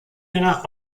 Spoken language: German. ihrer